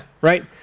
right